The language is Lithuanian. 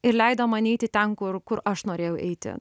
ir leido man eiti ten kur kur aš norėjau eiti